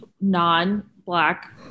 non-black